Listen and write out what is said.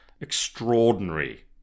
extraordinary